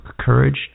courage